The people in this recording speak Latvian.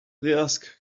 lieliska